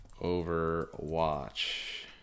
Overwatch